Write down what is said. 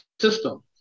system